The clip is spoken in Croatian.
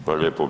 Hvala lijepo.